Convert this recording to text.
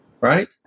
right